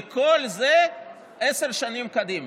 וכל זה עשר שנים קדימה.